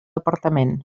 departament